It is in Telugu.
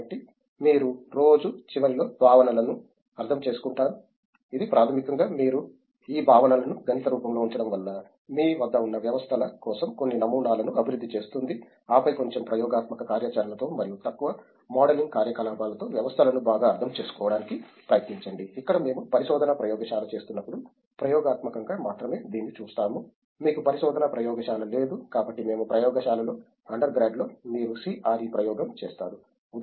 కాబట్టి మీరు రోజు చివరిలో భావనలను అర్థం చేసుకుంటారు ఇది ప్రాథమికంగా మీరు ఈ భావనలను గణిత రూపంలో ఉంచడం వల్ల మీ వద్ద ఉన్న వ్యవస్థల కోసం కొన్ని నమూనాలను అభివృద్ధి చేస్తుంది ఆపై కొంచెం ప్రయోగాత్మక కార్యాచరణతో మరియు తక్కువ మోడలింగ్ కార్యకలాపాలతో వ్యవస్థలను బాగా అర్థం చేసుకోవడానికి ప్రయత్నించండి ఇక్కడ మేము పరిశోధనా ప్రయోగశాల చేస్తున్నప్పుడు ప్రయోగాత్మకంగా మాత్రమే దీన్ని చేస్తాము మీకు పరిశోధనా ప్రయోగశాల లేదు కాబట్టి మేము ప్రయోగశాలలలో అండర్ గ్రాడ్లో మీరు CRE ప్రయోగం చేస్తారు